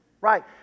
right